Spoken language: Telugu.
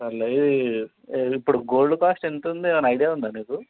సర్లే ఈ ఈ ఇప్పుడు గోల్డ్ కాస్ట్ ఎంతుంది ఏమైనా ఐడియా ఉందా నీకు